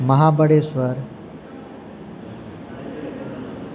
Mahabaleshwar